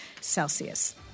Celsius